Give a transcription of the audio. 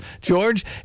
George